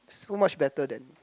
so much better than